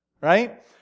right